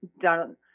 done